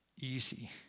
easy